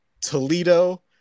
Toledo